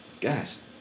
guys